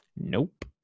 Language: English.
Nope